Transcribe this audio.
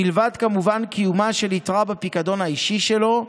מלבד כמובן קיומה של יתרה בפיקדון האישי שלו.